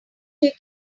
take